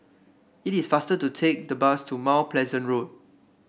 it is faster to take the bus to Mount Pleasant Road